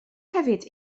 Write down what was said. hefyd